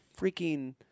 freaking